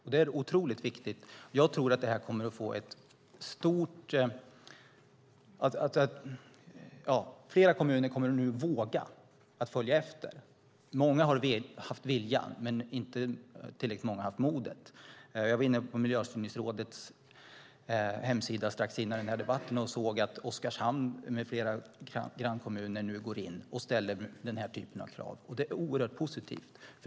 Detta är otroligt viktigt, och jag tror att fler kommuner nu kommer att våga följa efter. Många har haft viljan, men inte tillräckligt många har haft modet. Jag var inne på Miljöstyrningsrådets hemsida strax före debatten här, och jag såg att Oskarshamn med flera grannkommuner nu går in och ställer denna typ av krav. Det är oerhört positivt.